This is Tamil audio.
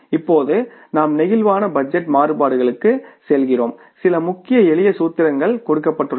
இப்போது நாம் பிளேக்சிபிள் பட்ஜெட் மாறுபாடுகளுக்கு செல்கிறோம் சில மிக எளிய சூத்திரங்கள் கொடுக்கப்பட்டுள்ளன